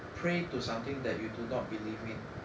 pray to something that you do not believe in